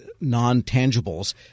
non-tangibles